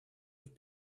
have